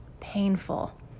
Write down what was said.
painful